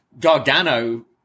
Gargano